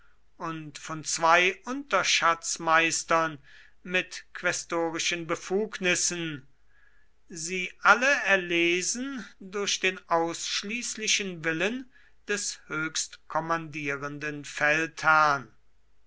und von zwei unterschatzmeistern mit quästorischen befugnissen sie alle erlesen durch den ausschließlichen willen des höchstkommandierenden feldherrn